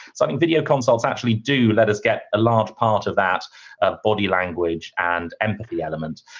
so, video consults actually do let us get a large part of that ah body language and empathy element.